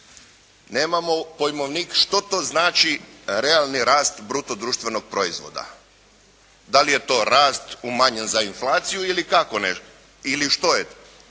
Nemamo pojmovnik što to znači realni rast bruto društvenog proizvoda. Da li je to rast umanjen za inflaciju ili kako,